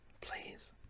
Please